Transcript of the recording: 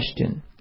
question